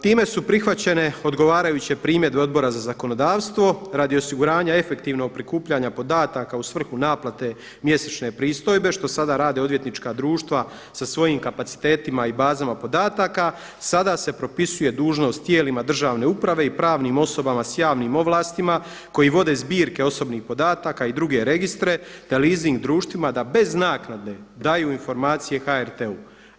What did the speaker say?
Time su prihvaćene odgovarajuće primjedbe Odbora za zakonodavstvo radi osiguranja efektivnog prikupljanja podataka u svrhu naplate mjesečne pristojbe što sada rade odvjetnička društva sa svojim kapacitetima i bazama podataka, sada se propisuje dužnost tijelima državne uprave i pravnim osobama s javnim ovlastima koji vode zbirke osobnih podataka i druge registre te liesing društvima da bez naknade daju informacije HRT-u.